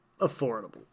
affordable